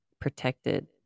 protected